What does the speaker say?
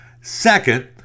Second